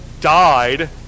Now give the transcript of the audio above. died